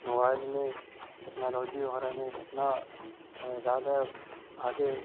mobile میں technology وغیرہ میں اتنا زیادہ آگے